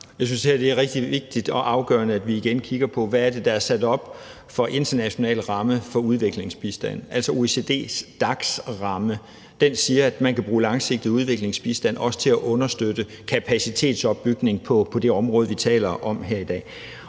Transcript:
Jeg synes her, det er rigtig vigtigt og afgørende, at vi igen kigger på, hvad det er, der er sat op som international ramme for udviklingsbistand, altså OECD's DAC-ramme, og den siger, at man også kan bruge langsigtet udviklingsbistand til at understøtte kapacitetsopbygning på det område, vi taler om her i dag.